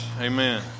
Amen